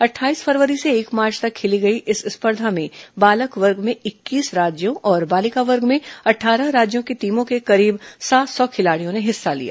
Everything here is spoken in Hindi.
अट्ठाईस फरवरी से एक मार्च तक खेली गई इस स्पर्धा में बालक वर्ग में इक्कीस राज्यों और बालिका वर्ग में अट्ठारह राज्यों की टीमों के करीब सात सौ खिलाड़ियों ने हिस्सा लिया